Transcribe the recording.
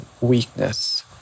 weakness